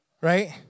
Right